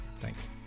Thanks